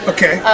Okay